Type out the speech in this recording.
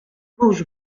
mhux